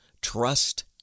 Trust